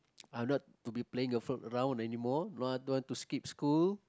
I'm not to be playing a fool around anymore no I don't want to skip school